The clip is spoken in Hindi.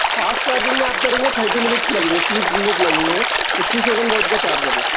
फ़ास्ट चार्जिंग में आप करेंगे थर्टी मिनट लगेंगे तीस मिनट लगेंगे सिक्सटी सेवन वाट का चार्जर है